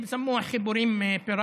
(אומר בערבית: מה שהם קוראים) חיבורים פיראטיים,